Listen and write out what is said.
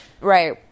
right